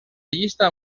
llista